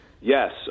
Yes